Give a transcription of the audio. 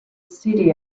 city